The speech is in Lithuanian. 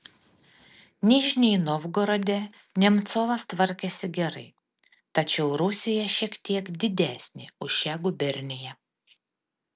nižnij novgorode nemcovas tvarkėsi gerai tačiau rusija šiek tiek didesnė už šią guberniją